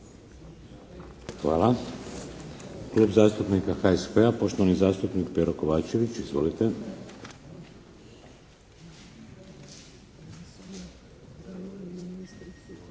Hvala. Klub zastupnika HSP-a, poštovani zastupnik Pero Kovačević. Izvolite.